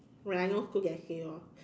when I no school then say lor